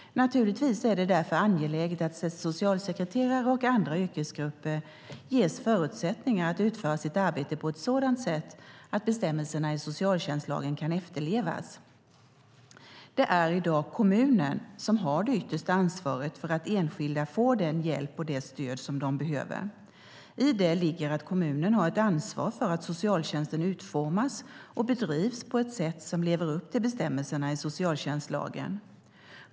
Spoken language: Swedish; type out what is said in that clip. Naturligtvis är det därför angeläget att socialsekreterare och andra yrkesgrupper ges förutsättningar att utföra sitt arbete på ett sådant sätt att bestämmelserna i socialtjänstlagen kan efterlevas. Det är i dag kommunen som har det yttersta ansvaret för att enskilda får den hjälp och det stöd som de behöver. I det ligger att kommunen har ett ansvar för att socialtjänsten utformas och bedrivs på ett sätt som lever upp till bestämmelserna i socialtjänstlagen.